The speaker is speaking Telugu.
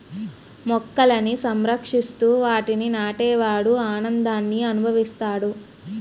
మొక్కలని సంరక్షిస్తూ వాటిని నాటే వాడు ఆనందాన్ని అనుభవిస్తాడు